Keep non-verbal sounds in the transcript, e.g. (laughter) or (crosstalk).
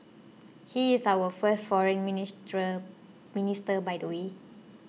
he is our first Foreign (unintelligible) Minister by the way